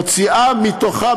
מוציאה מתוכה,